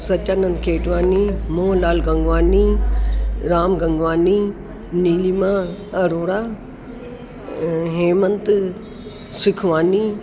Satyanand Khetwani Mohan Lal Gangwani Ram Gangwani Neelima Arora Hemant Sukhwani